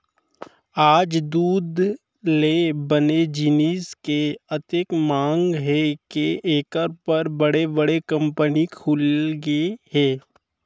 आज दूद ले बने जिनिस के अतेक मांग हे के एकर बर बड़े बड़े कंपनी खुलगे हे